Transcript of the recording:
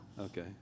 Okay